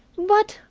but,